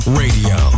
radio